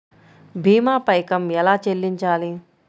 భీమా పైకం ఎలా చెల్లించాలి?